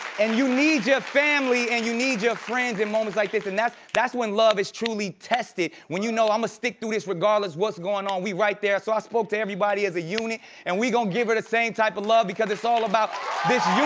and you need your family, and you need your friends in moments like this and that's that's when love is truly tested, when you know i'm gonna ah stick through this regardless what's going on, we right there. so i spoke to everybody as a unit and we gonna give her the same type of love because it's all about this